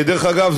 דרך אגב,